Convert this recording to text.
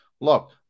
Look